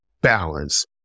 balance